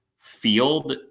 field